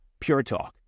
PureTalk